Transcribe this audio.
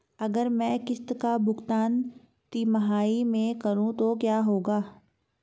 अगर मैं किश्त का भुगतान तिमाही में करूं तो क्या होगा?